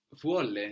vuole